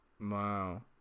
Wow